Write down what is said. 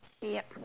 yup